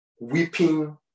weeping